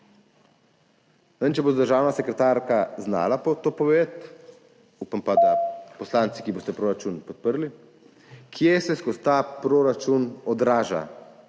vem, če bo državna sekretarka znala to povedati, upam pa, da poslanci, ki boste proračun podprli: kje se skozi ta proračun odraža,